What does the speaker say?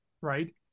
right